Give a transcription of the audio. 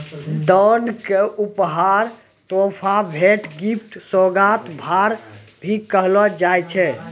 दान क उपहार, तोहफा, भेंट, गिफ्ट, सोगात, भार, भी कहलो जाय छै